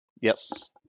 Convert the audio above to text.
Yes